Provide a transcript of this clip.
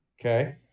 Okay